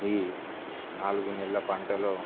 ఈ నాలుగు నెలల పంటలో